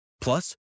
Plus